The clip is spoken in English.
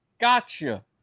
Gotcha